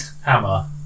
Hammer